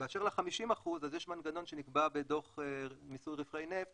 באשר ל-50% אז יש מנגנון שנקבע בדוח מיסוי רווחי נפט